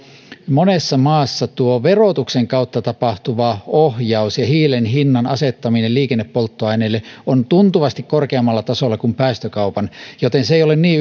monessa maassa verotuksen kautta tapahtuva ohjaus ja hiilen hinnan asettaminen liikennepolttoaineille on tuntuvasti korkeammalla tasolla kuin päästökaupan taso joten se ei ole niin